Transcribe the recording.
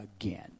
again